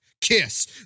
Kiss